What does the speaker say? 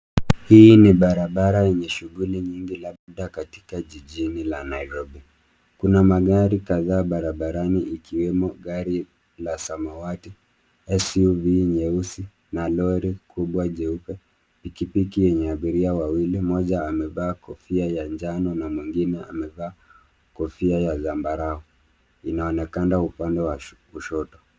Hii ni barabara yenye shughuli mingi labda katika jijini la Nairobi. Kuna magari kadhaa barabarani ikiwemo gari la samawati SUV nyeusi, na lori kubwa jeupe. Pikipiki yenye abiria wawili, moja amevaa kofia ya njano na mwingine amevaa kofia ya zambarao, inaonekana upande wa.